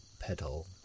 petal